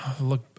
Look